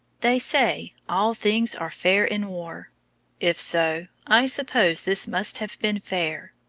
they say, all things are fair in war if so, i suppose this must have been fair.